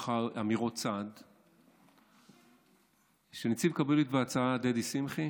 אמירות צד הוא שנציב כבאות והצלה דדי שמחי